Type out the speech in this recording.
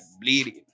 bleeding